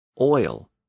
oil